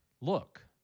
Look